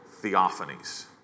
theophanies